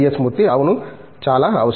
మూర్తి అవును చాలా అవసరం